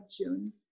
June